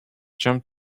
jump